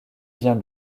bien